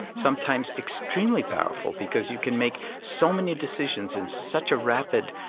sometimes extremely powerful because you can make so many decisions in such a rapid